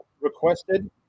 requested